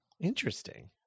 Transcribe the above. Interesting